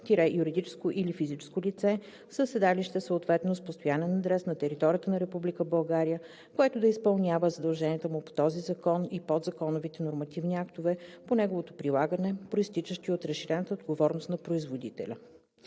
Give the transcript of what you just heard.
– юридическо или физическо лице, със седалище, съответно с постоянен адрес, на територията на Република България, което да изпълнява задълженията му по този закон и подзаконовите нормативни актове по неговото прилагане, произтичащи от разширената отговорност на производителя.